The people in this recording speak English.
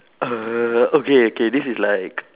err okay okay this is like